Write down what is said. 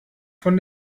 von